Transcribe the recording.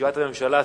וישיבת הממשלה,